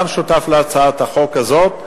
גם שותף להצעת החוק הזאת,